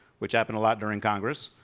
which happened a lot during congress.